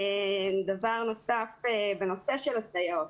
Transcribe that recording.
דבר נוסף בנושא הסייעות.